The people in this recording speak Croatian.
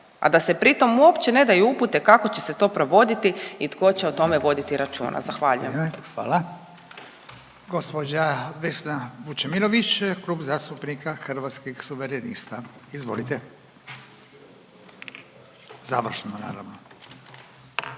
a da se pri tom uopće ne daju upute kako će se to provoditi i tko će o tome voditi računa. Zahvaljujem. **Radin, Furio (Nezavisni)** Hvala. Gospođa Vesna Vučemilović, Klub zastupnika Hrvatskih suverenista. Izvolite. **Vučemilović,